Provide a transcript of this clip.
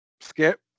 Skip